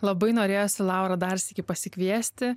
labai norėjosi laurą dar sykį pasikviesti